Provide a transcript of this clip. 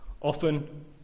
Often